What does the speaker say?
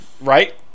Right